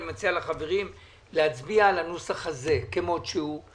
ואני מציע לחברים להצביע על הנוסח הזה כמו שהוא.